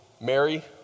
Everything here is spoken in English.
Mary